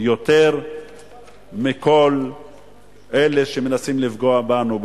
יותר מכל אלה שמנסים לפגוע בנו מבחוץ.